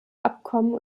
abkommen